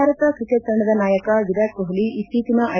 Bharat cricket ತಂಡದ ನಾಯಕ ವಿರಾಟ್ ಕೊಟ್ಲ ಇತ್ತೀಚನ ಐ